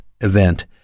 event